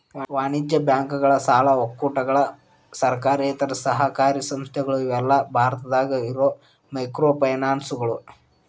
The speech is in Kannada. ವಾಣಿಜ್ಯ ಬ್ಯಾಂಕುಗಳ ಸಾಲ ಒಕ್ಕೂಟಗಳ ಸರ್ಕಾರೇತರ ಸಹಕಾರಿ ಸಂಸ್ಥೆಗಳ ಇವೆಲ್ಲಾ ಭಾರತದಾಗ ಇರೋ ಮೈಕ್ರೋಫೈನಾನ್ಸ್ಗಳು